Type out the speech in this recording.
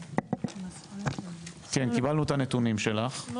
כן, קיבלנו את הנתונים שלך.